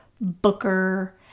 booker